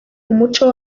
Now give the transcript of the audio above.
umuco